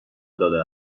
داده